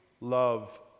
love